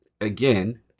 Again